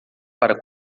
para